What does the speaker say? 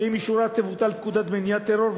שעם אישורה תבוטל פקודת מניעת טרור,